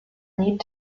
need